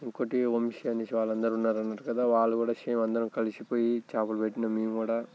ఇంకోకటి వంశీ అనేసి వాళ్ళు అందరూ ఉన్నారు అన్నారు కదా వాళ్ళు కూడా సేమ్ అందరం కలిసిపోయి చేపలు పట్టాము మేము కూడా